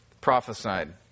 prophesied